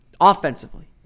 offensively